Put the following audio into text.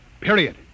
period